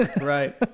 right